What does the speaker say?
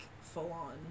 full-on